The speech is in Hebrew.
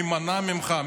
מי מנע ממך?